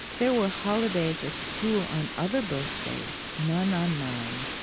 there were holidays at school on other birthdays none on mine.